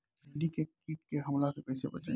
भींडी के कीट के हमला से कइसे बचाई?